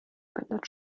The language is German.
spendet